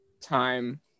time